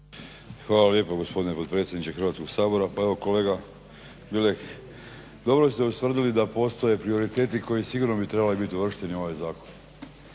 Hvala lijepo gospodine potpredsjedniče Hrvatskog sabora. Pa evo kolega Bilek, dobro ste ustvrdili da postoje prioriteti koji bi sigurno trebali biti uvršteni u ovaj zakon.